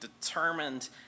determined